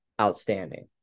outstanding